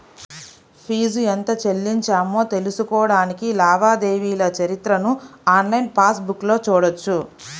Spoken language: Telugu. ఫీజు ఎంత చెల్లించామో తెలుసుకోడానికి లావాదేవీల చరిత్రను ఆన్లైన్ పాస్ బుక్లో చూడొచ్చు